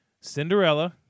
Cinderella